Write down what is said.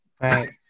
Right